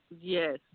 Yes